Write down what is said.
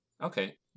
Okay